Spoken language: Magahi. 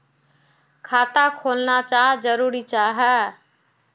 खाता खोलना चाँ जरुरी जाहा?